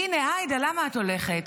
הינה, עאידה, למה את הולכת?